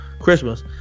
christmas